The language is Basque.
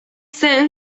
zen